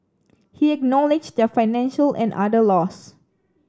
he acknowledged their financial and other loss